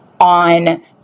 on